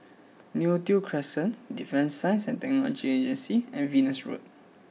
Neo Tiew Crescent Defence Science and Technology Agency and Venus Road